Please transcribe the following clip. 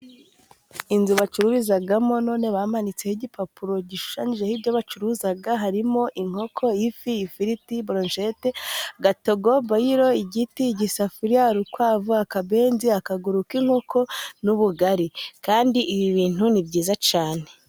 Inzu bacururizamo none bamanitseho igipapuro gishushanyijeho ibyo bacuruza harimo inkoko, ifi, ifiriti, burushete, agatogo, boyiro, igiti, igisafuriya, urukwavu, akabenzi, akaguru k'inkoko n'ubugari kandi ibi bintu ni byiza cyane.